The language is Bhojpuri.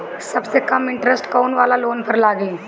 सबसे कम इन्टरेस्ट कोउन वाला लोन पर लागी?